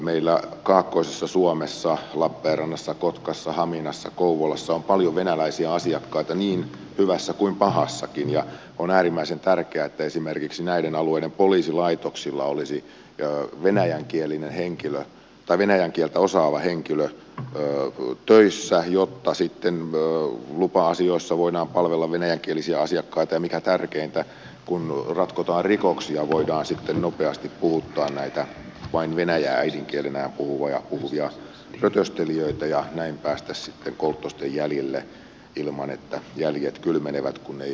meillä kaakkoisessa suomessa lappeenrannassa kotkassa haminassa kouvolassa on paljon venäläisiä asiakkaita niin hyvässä kuin pahassakin ja on äärimmäisen tärkeää että esimerkiksi näiden alueiden poliisilaitoksilla olisi venäjän kieltä osaava henkilö töissä jotta sitten lupa asioissa voidaan palvella venäjänkielisiä asiakkaita ja mikä tärkeintä kun ratkotaan rikoksia voidaan sitten nopeasti puhuttaa näitä vain venäjää äidinkielenään puhuvia rötöstelijöitä ja näin päästäisiin sitten kolttosten jäljille ilman että jäljet kylmenevät kun ei ymmärretä mitä rosvot puhuvat